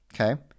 okay